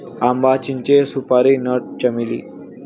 आंबा, चिंचे, सुपारी नट, चमेली